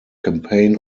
campaign